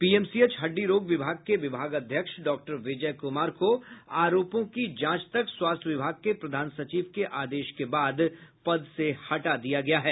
PMCH हड्डी रोग विभाग के विभागाध्यक्ष डॉक्टर विजय कुमार को आरोपों की जांच तक स्वास्थ्य विभाग के प्रधान सचिव के आदेश के बाद पद से हटा दिया गया है